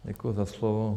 Děkuji za slovo.